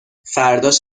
فرداش